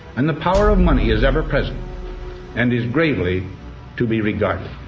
and the power of money is ever present and is gravely to be regarded.